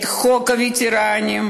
את חוק הווטרנים,